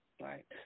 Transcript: Right